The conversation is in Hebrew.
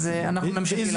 אז אנחנו נמשיך להיחלם על זה.